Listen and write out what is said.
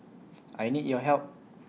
I need your help